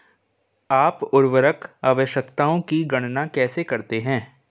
आप उर्वरक आवश्यकताओं की गणना कैसे करते हैं?